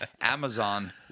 Amazon